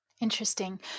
Interesting